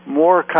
more